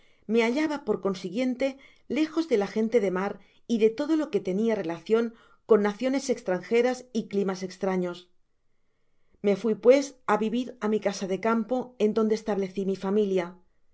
me hallaba por consiguiente lejos de la gente de mar y de todo lo que tenia relacion con naciones estrangeras climas estraños me fui pues á vivir á mi casa de campo en donde es tablecimi familia